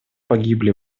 погибли